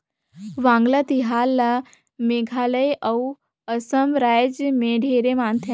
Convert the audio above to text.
वांगला तिहार ल मेघालय अउ असम रायज मे ढेरे मनाथे